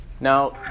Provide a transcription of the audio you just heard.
Now